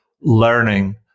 learning